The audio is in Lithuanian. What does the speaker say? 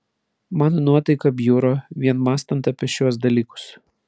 mano nuotaika bjuro vien mąstant apie šiuos dalykus